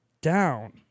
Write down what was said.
down